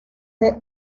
the